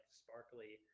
sparkly